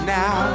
now